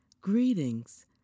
greetings